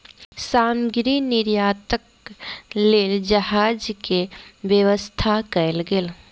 सामग्री निर्यातक लेल जहाज के व्यवस्था कयल गेल